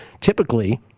Typically